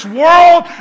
world